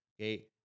Okay